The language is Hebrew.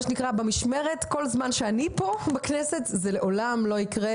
כל זמן שאני פה בכנסת זה לעולם לא יקרה,